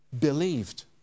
believed